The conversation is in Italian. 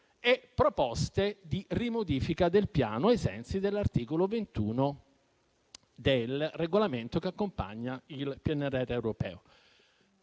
proposte di rimodifica del Piano, ai sensi dell'articolo 21 del regolamento che accompagna il PNRR europeo.